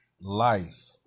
life